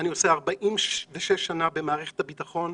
אני 46 שנה במערכת הביטחון,